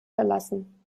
verlassen